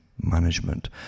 management